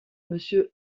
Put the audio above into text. monsieur